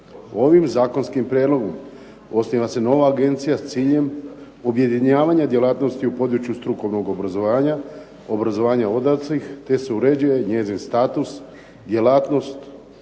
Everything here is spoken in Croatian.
Ovim zakonskim prijedlogom osniva se nova agencija s ciljem objedinjavanja djelatnosti u području strukovnog obrazovanja, obrazovanja odraslih te se uređuje njezin status, djelatnost